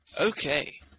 Okay